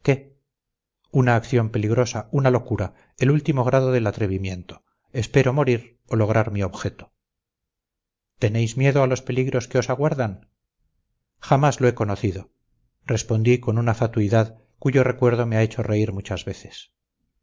una acción peligrosa una locura el último grado del atrevimiento espero morir o lograr mi objeto tenéis miedo a los peligros que os aguardan jamás lo he conocido respondí con una fatuidad cuyo recuerdo me ha hecho reír muchas veces